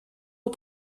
aux